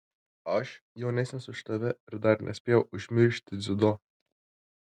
aš jaunesnis už tave ir dar nespėjau užmiršti dziudo